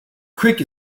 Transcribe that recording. creek